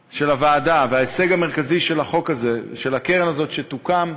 הוועדה, וההישג המרכזי של הקרן הזאת, שתוקם,